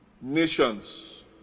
Nations